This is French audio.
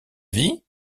vie